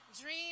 Dream